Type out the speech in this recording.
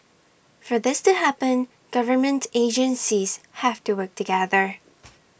for this to happen government agencies have to work together